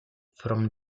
from